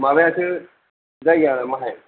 माबायासो जायगाया माहाय